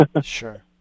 Sure